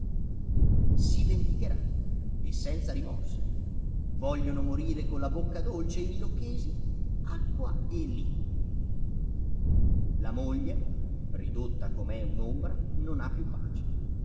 si vendicherà e senza rimorsi vogliono morire con la bocca dolce i milocchesi acqua e lì la moglie ridotta com'è un'ombra non ha più pace